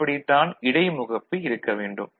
இப்படித் தான் இடைமுகப்பு இருக்க வேண்டும்